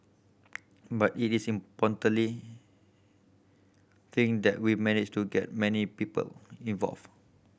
but it is importantly think that we managed to get many people involved